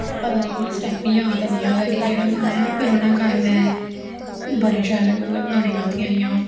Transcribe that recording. पता नी इस टैम मिगी जाद नी आदा केह्ड़ा गाना ऐ पर उनैं गाए दा ऐ बड़े शैल मतलव गानें गांदियां हां ओह्